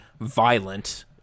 violent